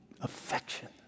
affection